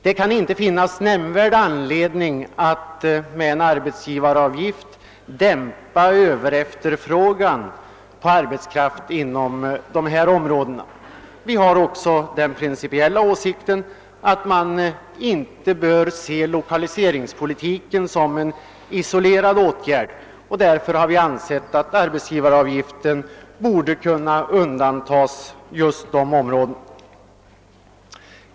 Det kan inte finnas någon anledning att med en arbetsgivaravgift dämpa Ööverefterfrågan på arbetskraft inom dessa områden. Vi hyser också den princi piella åsikten att lokaliseringspolitiken inte bör ses som en isolerad åtgärd. Därför har vi ansett att från arbetsgivaravgift borde undantas just dessa områden.